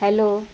hello